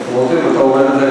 חבר הכנסת רותם.